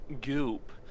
goop